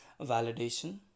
validation